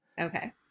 Okay